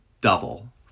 double